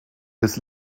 des